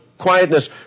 quietness